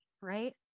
right